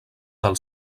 del